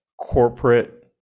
corporate